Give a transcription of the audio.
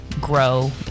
grow